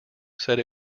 said